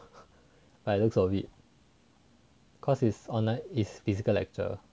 by the looks of it cause it's online physical lecture